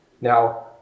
Now